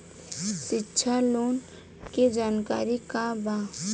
शिक्षा लोन के जानकारी का बा?